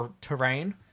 terrain